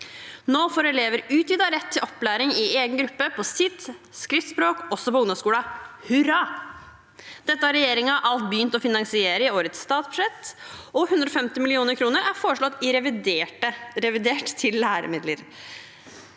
Nå får elever utvidet rett til opplæring i egen gruppe på sitt skriftspråk, også på ungdomsskolen – hurra! Dette har regjeringen alt begynt å finansiere i årets statsbudsjett, og 150 mill. kr er foreslått til læremidler